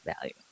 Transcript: value